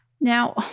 Now